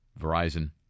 Verizon